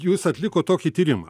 jūs atlikot tokį tyrimą